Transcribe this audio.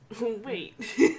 wait